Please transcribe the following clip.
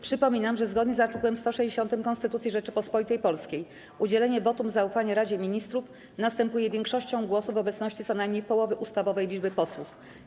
Przypominam, że zgodnie z art. 160 Konstytucji Rzeczypospolitej Polskiej udzielenie wotum zaufania Radzie Ministrów następuje większością głosów w obecności co najmniej połowy ustawowej liczby posłów.